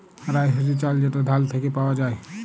rice হছে চাল যেট ধাল থ্যাইকে পাউয়া যায়